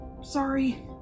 Sorry